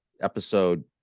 episode